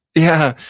yeah.